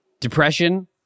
Depression